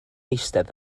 eistedd